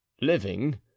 living